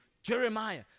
Jeremiah